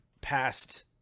past